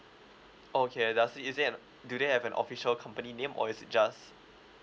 oh okay uh does it is it an do they have an official company name or is it just